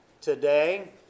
today